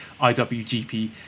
IWGP